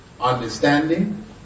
understanding